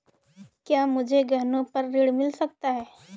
क्या मुझे गहनों पर ऋण मिल सकता है?